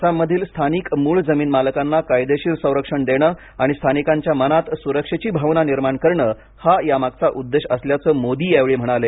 आसाम मधील स्थानिक मूळ जमीन मालकांना कायदेशीर संरक्षण देणं आणि स्थानिकांच्या मनात सुरक्षेची भावना निर्माण करणं हा या मागचा उद्देश असल्याचं मोदी यावेळी म्हणाले